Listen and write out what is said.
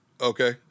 Okay